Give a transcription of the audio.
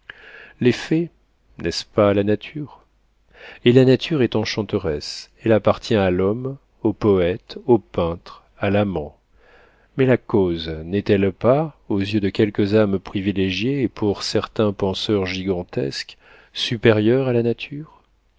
l'effet n'est-ce pas la nature et la nature est enchanteresse elle appartient à l'homme au poëte au peintre à l'amant mais la cause n'est-elle pas aux yeux de quelques âmes privilégiées et pour certains penseurs gigantesques supérieure à la nature